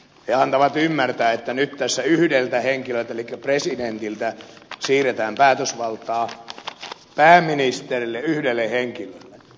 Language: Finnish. he antavat ymmärtää että nyt tässä yhdeltä henkilöltä elikkä presidentiltä siirretään päätösvaltaa pääministerille yhdelle henkilölle